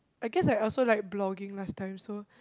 I guess I also like blogging last time so